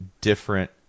different